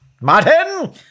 Martin